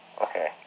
Okay